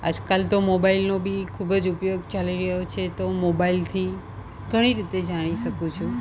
આજકાલ તો મોબાઈલનો બી ખૂબ જ ઉપયોગ ચાલી રહ્યો છે તો મોબાઈલથી ઘણી રીતે જાણી શકું છું